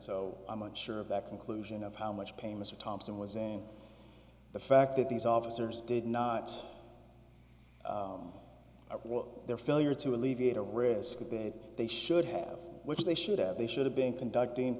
so i'm not sure of that conclusion of how much pain mr thompson was in the fact that these officers did not their failure to alleviate a risk they should have which they should have they should have been conducting